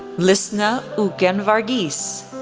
lisna ookken vargheese,